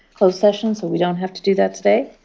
closed sessions, so we don't have to do that today.